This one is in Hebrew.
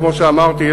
כמו שאמרתי,